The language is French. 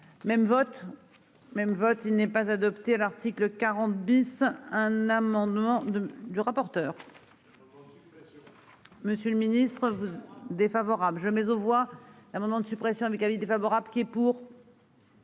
Même vote il n'est pas adopté l'article 40 bis. Un amendement du rapporteur. Monsieur le Ministre défavorable je mets aux voix l'amendement de suppression avec avis défavorable qui est pour.--